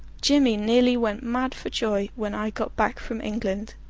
jimmy nearly went mad for joy when i got back from england,